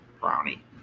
Brownie